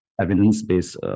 evidence-based